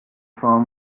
from